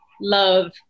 love